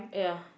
yeah